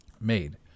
made